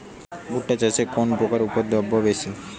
ভুট্টা চাষে কোন পোকার উপদ্রব বেশি?